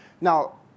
Now